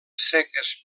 seques